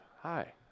Hi